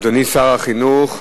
אדוני שר החינוך.